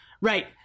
Right